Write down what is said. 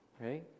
right